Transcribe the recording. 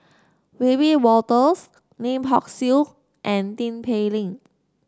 Wiebe Wolters Lim Hock Siew and Tin Pei Ling